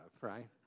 right